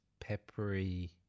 peppery